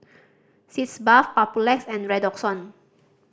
Sitz Bath Papulex and Redoxon